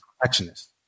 perfectionist